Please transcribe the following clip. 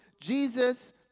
Jesus